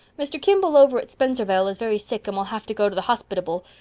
mr. kimball over at spenservale is very sick and will have to go to the hospitable.